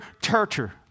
torture